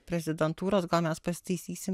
prezidentūros gal mes pasitaisysim